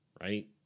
right